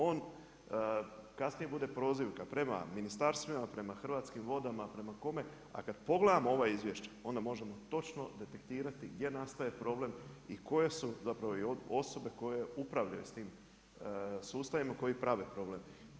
On kasnije bude prozivka prema ministarstvima, prema Hrvatskim vodama, prema kome, a kad pogledamo ova izvješća, onda možemo točno detektirati gdje nastaje problem i koje su zapravo i osobe koje upravljaju s tim sustavima koje prave problem.